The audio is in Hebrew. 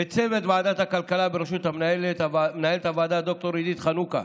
לצוות ועדת הכלכלה בראשות מנהלת הוועדה ד"ר עידית חנוכה,